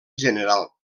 general